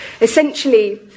Essentially